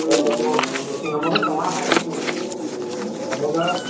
ꯍꯣꯏ ꯑꯗꯨ ꯂꯤꯁꯤꯡ ꯑꯃꯒ ꯆꯥꯝꯃꯉꯥ ꯍꯥꯏꯔꯤꯗꯨ ꯂꯤꯁꯤꯡ ꯑꯃꯒ